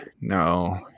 No